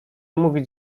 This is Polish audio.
mówić